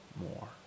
more